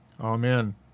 Amen